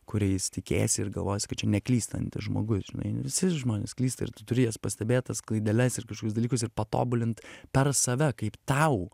kuriais tikėsi ir galvosi kad čia neklystantis žmogus žinai visi žmonės klysta ir tu turi jas pastebėt tas klaideles ir kažkokius dalykus ir patobulinti per save kaip tau